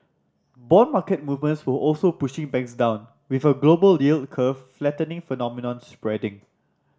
bond market movements were also pushing banks down with a global yield curve flattening phenomenon spreading